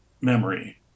memory